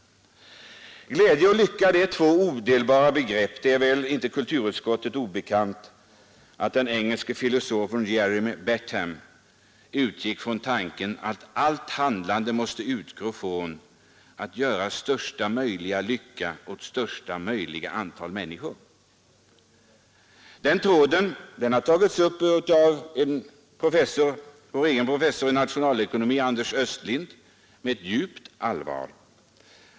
Glädje och lycka är två odelbara begrepp. Det är väl inte kulturutskottet obekant att den engelske filosofen Jeremy Bentham utgick från tanken att allt handlande måste utgå från att ge största möjliga lycka åt största möjliga antal människor. Den tråden har tagits upp av vår egen professor i nationalekonomi Anders Östlind med ett djupt allvar.